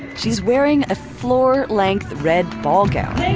she's wearing a floor-length red ball gown